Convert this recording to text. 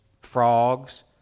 frogs